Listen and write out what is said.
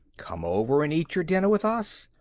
come over and eat your dinner with us.